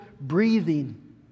breathing